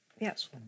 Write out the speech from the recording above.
Yes